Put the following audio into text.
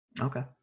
okay